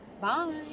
Bye